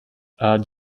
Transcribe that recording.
had